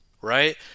right